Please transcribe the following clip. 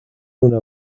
una